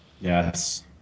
Yes